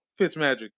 Fitzmagic